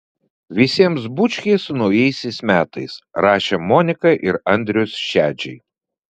visiems bučkiai su naujaisiais metais rašė monika ir andrius šedžiai